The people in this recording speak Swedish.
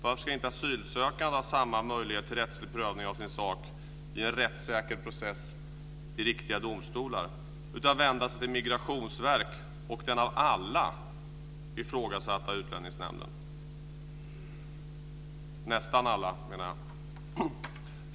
Varför ska inte asylsökande ha möjlighet till rättslig prövning av sin sak i en rättssäker process i riktiga domstolar utan tvingas vända sig till Migrationsverket och den av alla ifrågasatta Utlänningsnämnden - av nästan alla, menar jag?